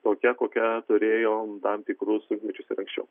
tokia kokią turėjom tam tikrus sunkmečius ir anksčiau